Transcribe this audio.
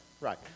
right